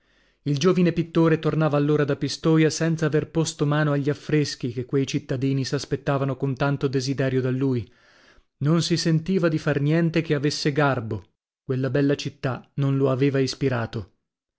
il giovine pittore tornava allora da pistoia senza aver posto mano agli affreschi che quei cittadini s'aspettavano con tanto desiderio da lui non si sentiva di far niente che avesse garbo quella bella città non lo aveva ispirato